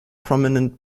prominent